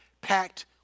packed